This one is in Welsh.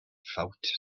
ffawt